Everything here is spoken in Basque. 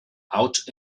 ahots